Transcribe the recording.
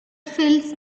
fills